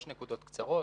נקודות קצרות.